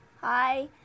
hi